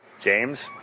James